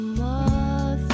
more